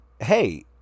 hey